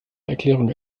erklärung